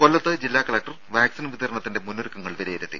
കൊല്ലത്ത് ജില്ലാ collector vaccine വിതരണത്തിന്റെ മുന്നൊരുക്കങ്ങൾ വിലയിരുത്തി